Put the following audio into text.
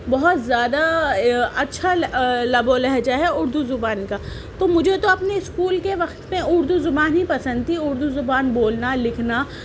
بہت زیادہ اچھا لب و لہجہ ہے اردو زبان کا تو مجھے تو اپنے اسکول کے وقت میں اردو زبان ہی پسند تھی اردو زبان بولنا لکھنا